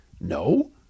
No